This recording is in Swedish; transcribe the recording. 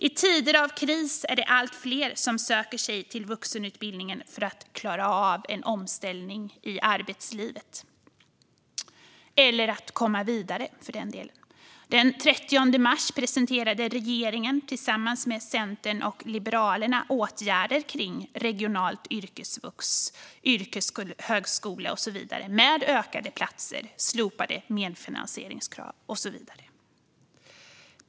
I tider av kris är det allt fler som söker sig till vuxenutbildningen för att klara av en omställning i arbetslivet eller för att komma vidare. Den 30 mars presenterade regeringen tillsammans med Centern och Liberalerna åtgärder för regional yrkesvux, yrkeshögskola och så vidare med ökat antal platser, slopade medfinansieringskrav med mera.